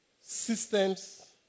systems